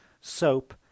Soap